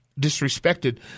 disrespected